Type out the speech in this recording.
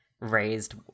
raised